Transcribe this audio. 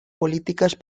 políticas